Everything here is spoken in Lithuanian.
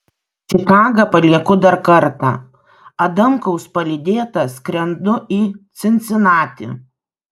čikagą palieku dar kartą adamkaus palydėta skrendu į cincinatį